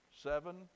Seven